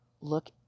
look